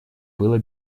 было